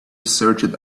searched